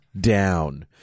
down